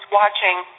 watching